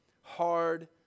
hard